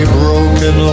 broken